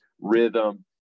rhythm